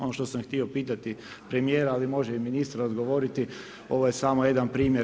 Ono što sam htio pitati premijera, ali može i ministar odgovoriti ovo je samo jedan primjer.